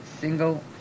single